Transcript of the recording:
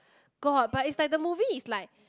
got but is like the movie is like